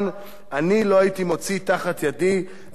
"אני לא הייתי מוציא מתחת ידי דבר שכזה".